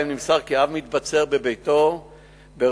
שבהן נמסר כי אב מתבצר בביתו ברחוב